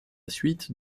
suite